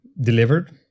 delivered